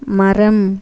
மரம்